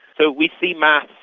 so we see maths,